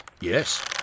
yes